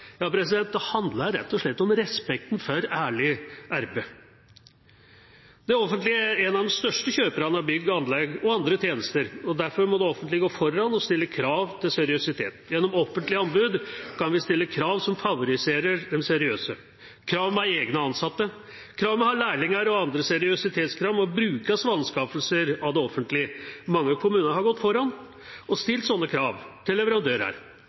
det handler rett og slett om respekten for ærlig arbeid. Det offentlige er en av de største kjøperne av bygg og anlegg og andre tjenester. Derfor må det offentlige gå foran og stille krav til seriøsitet. Gjennom offentlige anbud kan vi stille krav som favoriserer de seriøse. Krav om å ha egne ansatte, krav om å ha lærlinger og andre seriøsitetskrav må brukes av det offentlige ved anskaffelser. Mange kommuner har gått foran og stilt sånne krav til leverandører.